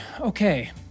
Okay